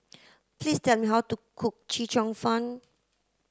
please tell me how to cook Chee Cheong fun